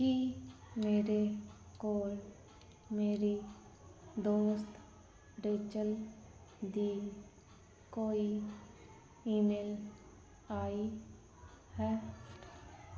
ਕੀ ਮੇਰੇ ਕੋਲ ਮੇਰੀ ਦੋਸਤ ਰੇਚਲ ਦੀ ਕੋਈ ਈਮੇਲ ਆਈ ਹੈ